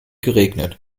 geregnet